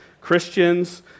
Christians